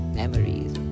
memories